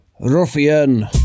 ruffian